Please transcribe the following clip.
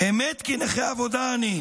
אמת כי נכה עבודה אני,